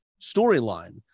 storyline